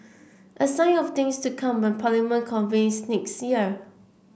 a sign of things to come when Parliament convenes next year